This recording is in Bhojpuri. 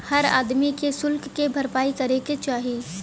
हर आदमी के सुल्क क भरपाई करे के चाही